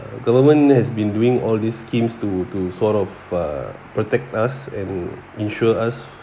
government has been doing all these schemes to to sort of uh protect us and ensure us